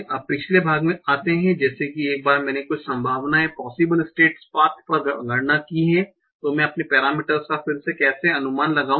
अब पिछले भाग में आते हैं जैसे कि एक बार मैंने कुछ संभावनाएं पॉसिबल स्टेट पाथ्स पर गणना की है तो मैं अपने पेरामीटरस का फिर से कैसे अनुमान लगाऊं